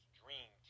dream